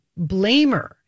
blamer